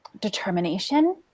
determination